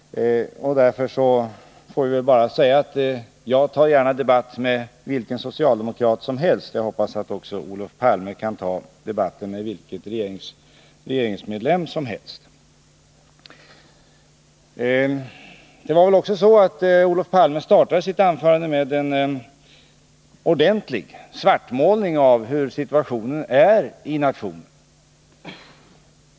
Jag debatterar gärna med vilken socialdemokrat som helst. Jag hoppas att också Olof Palme debatterar med vilken regeringsmedlem som helst. Olof Palme inledde sitt anförande med en ordentlig svartmålning av hur situationen är i nationen.